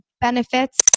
benefits